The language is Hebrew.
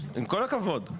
עם כל הכבוד.